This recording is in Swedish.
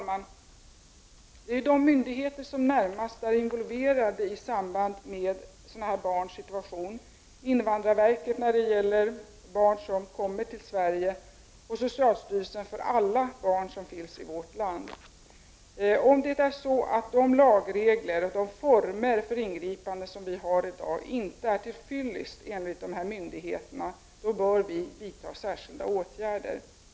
Herr talman! De myndigheter som närmast är involverade när det gäller sådana här barns situation är invandrarverket för barn som kommit till Sverige och socialstyrelsen för alla barn som finns i vårt land. Om de lagregler och former för ingripande som vi har i dag inte är till fyllest enligt de berörda myndigheterna, bör vi vidta särskilda åtgärder.